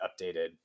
updated